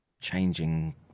changing